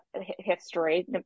history